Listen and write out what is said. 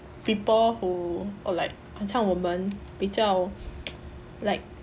people who are like 很像我们比较 like